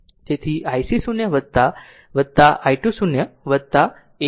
તેથી ic 0 i2 0 is 0